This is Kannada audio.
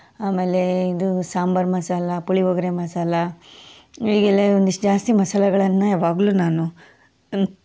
ಆಮೇಲೆ ಇದು ಸಾಂಬಾರು ಮಸಾಲೆ ಪುಳಿಯೋಗರೆ ಮಸಾಲೆ ಹೀಗೆಲ್ಲ ಒಂದಿಷ್ಟು ಜಾಸ್ತಿ ಮಸಾಲೆಗಳನ್ನ ಯಾವಾಗ್ಲೂ ನಾನು